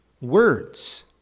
words